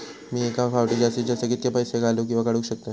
मी एका फाउटी जास्तीत जास्त कितके पैसे घालूक किवा काडूक शकतय?